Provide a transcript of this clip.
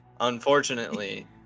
unfortunately